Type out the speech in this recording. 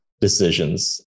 decisions